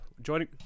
joining